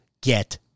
get